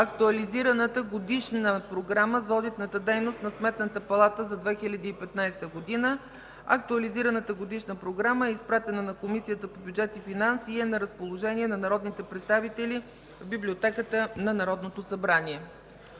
актуализираната Годишна програма за одитната дейност на Сметната палата за 2015 г.Тя е изпратена на Комисията по бюджет и финанси и е на разположение на народните представители в Библиотеката на Народното събрание.